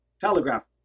telegraph